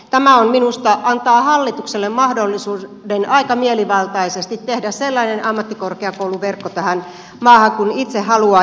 tämä antaa minusta hallitukselle mahdollisuuden aika mielivaltaisesti tehdä tähän maahan sellaisen ammattikorkeakouluverkon kuin se itse haluaa